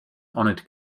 honoured